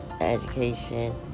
education